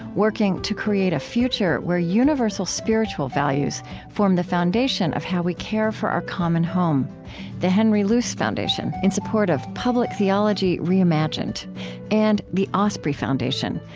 working to create a future where universal spiritual values form the foundation of how we care for our common home the henry luce foundation, in support of public theology reimagined and the osprey foundation,